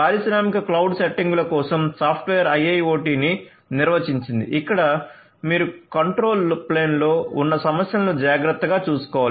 పారిశ్రామిక క్లౌడ్ సెట్టింగుల కోసం సాఫ్ట్వేర్ IIoT ని నిర్వచించింది ఇక్కడ మీరు కంట్రోల్ ప్లేన్లో ఉన్న సమస్యలను జాగ్రత్తగా చూసుకోవాలి